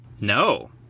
No